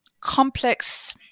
complex